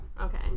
Okay